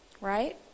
Right